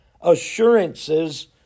assurances